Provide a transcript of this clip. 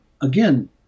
again